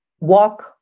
walk